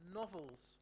novels